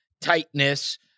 tightness